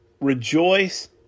Rejoice